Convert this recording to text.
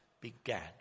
began